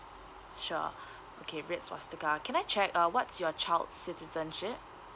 sure okay red swastika can I check uh what's your child's citizenship